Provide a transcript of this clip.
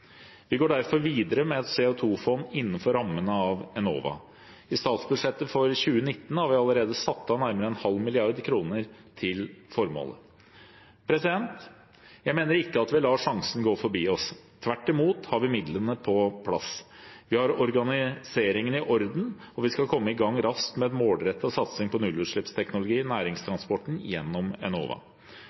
Vi går derfor videre med et CO 2 -fond innenfor rammene av Enova. I statsbudsjettet for 2019 har vi allerede satt av nærmere en halv milliard kroner til formålet. Jeg mener ikke at vi lar sjansen gå forbi oss, tvert imot har vi midlene på plass, vi har organiseringen i orden, og vi skal komme i gang raskt med en målrettet satsing på nullutslippsteknologi i næringstransporten gjennom Enova.